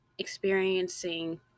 experiencing